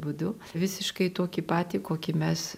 būdu visiškai tokį patį kokį mes